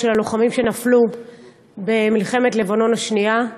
של הלוחמים שנפלו במלחמת לבנון השנייה.